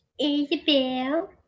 Isabel